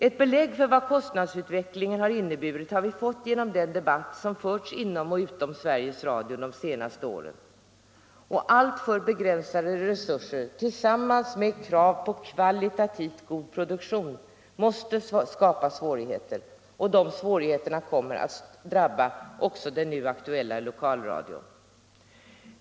Ett belägg för vad kostnadsutvecklingen har inneburit har vi fått genom den debatt som har förts inom och utom Sveriges Radio de senaste åren. Alltför begränsade resurser tillsammans med krav på kvalitativt god produktion måste skapa svårigheter, och de svårigheterna kommer att drabba också den nu aktuella lokalradion.